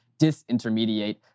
disintermediate